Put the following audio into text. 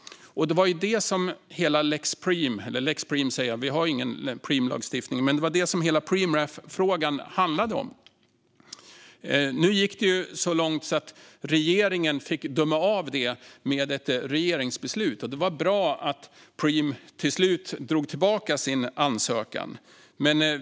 Det var det som hela frågan om Preemraff handlade om. Nu gick det ju så långt att regeringen skulle få döma av det med ett regeringsbeslut, och det var bra att Preem till slut drog tillbaka sin ansökan.